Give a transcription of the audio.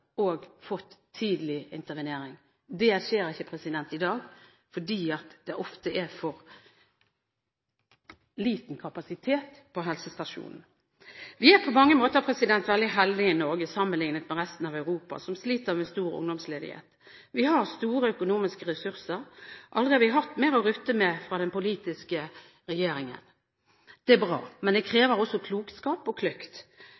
ikke i dag, fordi det ofte er for liten kapasitet på helsestasjonen. Vi er på mange måter veldig heldige i Norge sammenlignet med resten av Europa, som sliter med stor ungdomsledighet. Vi har store økonomiske ressurser – aldri har vi hatt mer å rutte med fra den politiske regjeringen. Det er bra, men det krever også klokskap og